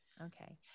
okay